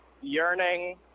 yearning